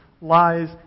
lies